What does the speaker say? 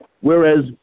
whereas